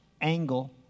angle